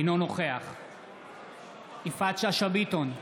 אינו נוכח יפעת שאשא ביטון,